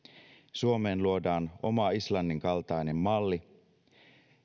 suomeen luodaan oma islannin kaltainen malli